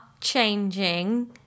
changing